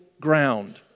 ground